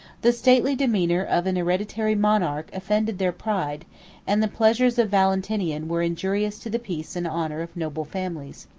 the stately demeano of an hereditary monarch offended their pride and the pleasures of valentinian were injurious to the peace and honor of noble families.